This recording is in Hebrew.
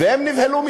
והם נבהלו,